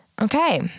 okay